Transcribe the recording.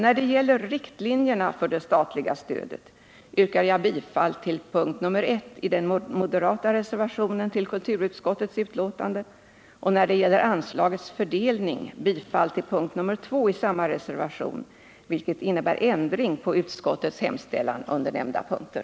När det gäller riktlinjerna för det statliga stödet yrkar jag bifall till punkten 1 i den moderata reservationen till kulturutskottets betänkande, och när det gäller anslagets fördelning yrkar jag bifall till punkten 2 i samma reservation, vilket innebär ändring av utskottets hemställan under nämnda punkter.